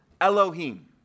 Elohim